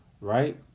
Right